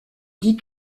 dix